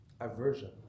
Aversion